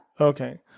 Okay